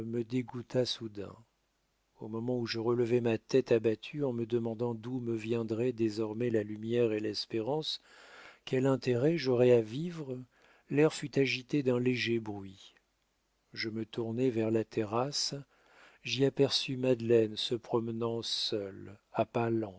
me dégoûta soudain au moment où je relevais ma tête abattue en me demandant d'où me viendraient désormais la lumière et l'espérance quel intérêt j'aurais à vivre l'air fut agité d'un léger bruit je me tournai vers la terrasse j'y aperçus madeleine se promenant seule à pas